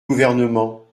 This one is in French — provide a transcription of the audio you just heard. gouvernement